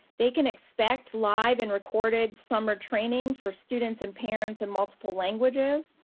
they can expect live and recorded summer training for students and parents in multiple languages.